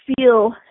feel